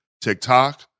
TikTok